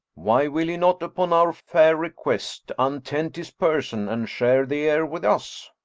why will he not, upon our fair request, untent his person and share the air with us?